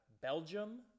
Belgium